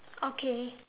okay